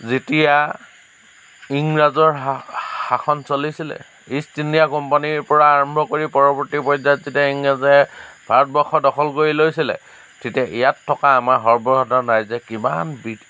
যেতিয়া ইংৰাজৰ শা শাসন চলিছিলে ইষ্ট ইণ্ডিয়া কোম্পানীৰ পৰা আৰম্ভ কৰি পৰৱৰ্তী পৰ্য্য়ায়ত যেতিয়া ইংৰাজে ভাৰতবৰ্ষ দখল কৰি লৈছিলে তেতিয়া ইয়াত থকা আমাৰ সৰ্বসাধাৰণ ৰাইজে কিমান